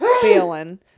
feeling